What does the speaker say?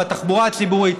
בתחבורה הציבורית,